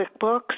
quickbooks